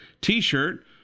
T-shirt